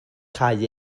cau